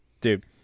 Dude